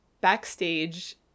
backstage